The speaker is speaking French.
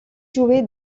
joué